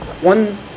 One